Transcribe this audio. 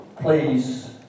Please